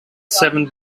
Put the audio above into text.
seven